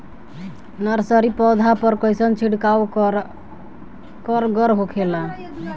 Nursery पौधा पर कइसन छिड़काव कारगर होखेला?